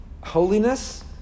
holiness